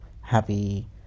Happy